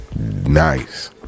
nice